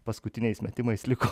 paskutiniais metimais liko